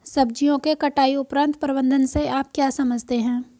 सब्जियों के कटाई उपरांत प्रबंधन से आप क्या समझते हैं?